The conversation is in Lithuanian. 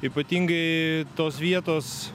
ypatingaai tos vietos